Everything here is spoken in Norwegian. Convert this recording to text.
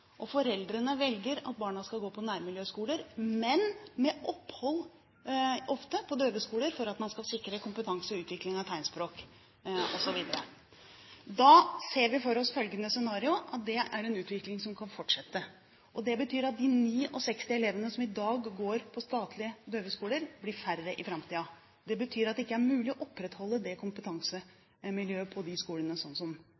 og foreldrene velger at barna skal gå på nærmiljøskoler, men ofte med opphold på døveskoler for at man skal sikre kompetanse og utvikling av tegnspråk osv.? Da ser vi for oss følgende scenario: at det er en utvikling som kan fortsette. Det betyr at de 69 elevene som i dag går på statlige døveskoler, blir færre i framtiden. Det betyr at det ikke er mulig å opprettholde det kompetansemiljøet på de skolene, sånn som